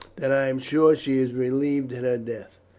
that i am sure she is relieved at her death.